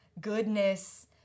goodness